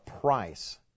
price